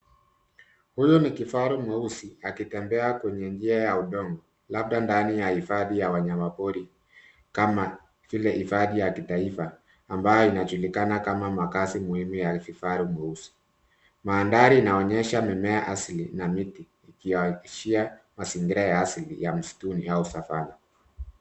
Huyu ni kifaru mweusi akitembea kwa njia ya udongo labda ndani ya hifadhi ya wanyamapori kama vile hifadhi ya kitaifa ambayo inajulikana kama hifadhi muhimu ya kifaru mweusi. Mandhari inaonyesha mimea asili na miti ikiashiria mazingira ya asili ya msituni au savannah .